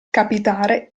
capitare